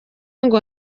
ngo